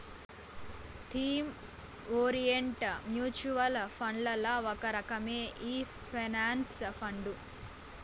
theme orient mutual ఫండ్లల్ల ఒక రకమే ఈ పెన్సన్ ఫండు